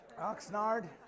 oxnard